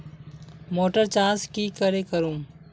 Motor चास की करे करूम?